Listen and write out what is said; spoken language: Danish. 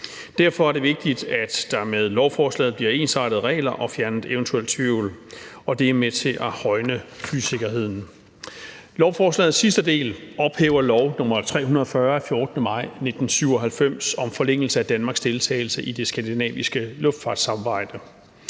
Derfor er det vigtigt, at der med lovforslaget bliver ensartede regler og fjernet eventuel tvivl. Det er med til at højne flysikkerheden. Lovforslagets sidste del ophæver lov nr. 340 af 14. maj 1997 om forlængelse af Danmarks deltagelse i det skandinaviske luftfartssamarbejde.